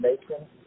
information